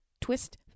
twist